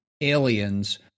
Aliens